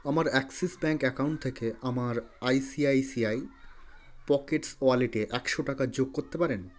আমার Axis bank account থেকে আমার আইসিআইসিআই পকেটস ওয়ালেটে একশো টাকা যোগ করতে পারেন